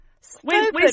stupid